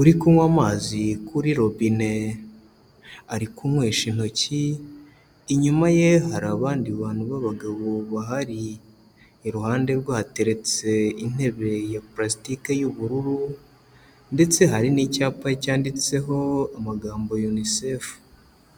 uri kunywa amazi kuri robine, ari kunywesha intoki inyuma ye hari abandi bantu b'abagabo bahari, iruhande rwe hateretse intebe ya pulasitike y'ubururu ndetse hari n'icyapa cyanditseho amagambo UNICEF.